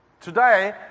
Today